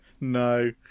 No